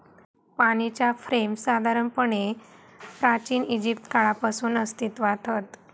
पाणीच्या फ्रेम साधारणपणे प्राचिन इजिप्त काळापासून अस्तित्त्वात हत